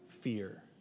fear